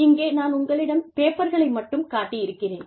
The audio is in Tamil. இங்கே நான் உங்களிடம் பேப்பர்களை மட்டும் காட்டி இருக்கிறேன்